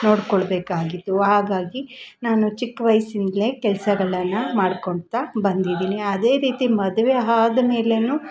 ನೊಡಿಕೊಳ್ಬೇಕಾಗಿತ್ತು ಹಾಗಾಗಿ ನಾನು ಚಿಕ್ಕ ವಯಸ್ಸಿಂದ್ಲೇ ಕೆಲಸಗಳನ್ನ ಮಾಡ್ಕೊಳ್ತಾ ಬಂದಿದ್ದೀನಿ ಅದೇ ರೀತಿ ಮದುವೆ ಆದ್ಮೇಲೆನು